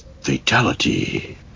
fatality